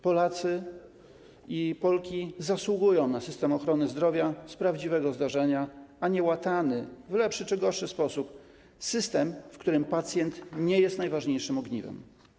Polacy i Polki zasługują na system ochrony zdrowia z prawdziwego zdarzenia, a nie łatany w lepszy czy gorszy sposób system, w którym pacjent nie jest najważniejszym ogniwem.